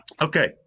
okay